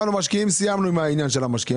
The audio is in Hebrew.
סיימנו עם העניין של המשקיעים,